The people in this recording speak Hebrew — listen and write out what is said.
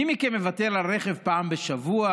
מי מכם מוותר על רכב פעם בשבוע,